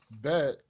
bet